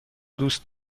دوست